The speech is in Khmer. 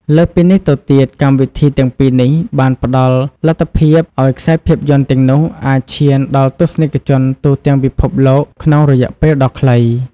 លើសពីនេះទៅទៀត កម្មវិធីទាំងពីរនេះបានផ្តល់លទ្ធភាពឱ្យខ្សែភាពយន្តទាំងនោះ អាចឈានដល់ទស្សនិកជនទូទាំងពិភពលោក ក្នុងរយៈពេលដ៏ខ្លី។